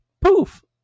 poof